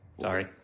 Sorry